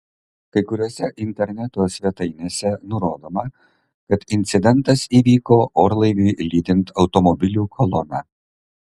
kai kuriose interneto svetainėse nurodoma kad incidentas įvyko orlaiviui lydint automobilių koloną